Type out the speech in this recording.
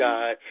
God